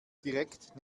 direkt